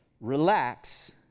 Relax